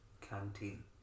canteen